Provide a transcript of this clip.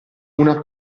una